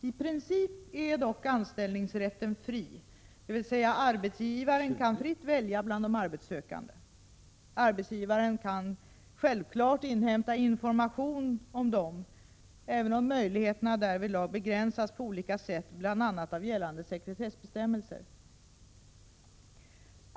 I princip är dock anställningsrätten fri, dvs. arbetsgivaren kan fritt välja bland de arbetssökande. Arbetsgivaren kan självklart inhämta information om dem även om möjligheterna därvidlag begränsas på olika sätt, bl.a. av gällande sekretessbestämmelser.